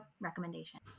recommendation